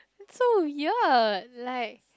is so weird like